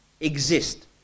exist